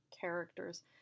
characters